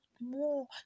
more